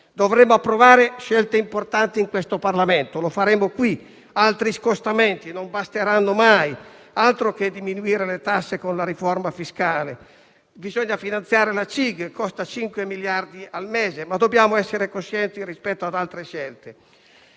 Dovremo approvare scelte importanti in Parlamento e lo faremo qui. Altri scostamenti non basteranno mai; altro che diminuire le tasse con la riforma fiscale; bisogna finanziare la cassa integrazione, che costa 5 miliardi al mese, ma dobbiamo essere coscienti rispetto ad altre scelte.